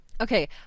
Okay